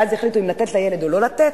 ואז יחליטו אם לתת לילד או לא לתת?